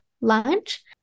lunch